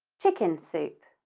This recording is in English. chicken soup,